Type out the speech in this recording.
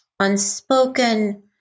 unspoken